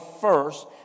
first